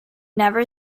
never